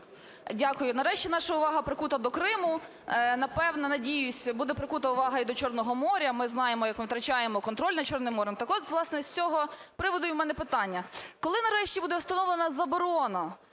Дякую. Нарешті наша увага прикута до Криму. Напевно, надіюсь буде прикута увага і до Чорного моря, ми знаємо, як ми втрачаємо контроль над Чорним морем. Так от, власне, з цього приводу в мене питання. Коли, нарешті, буде встановлена заборона